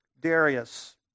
Darius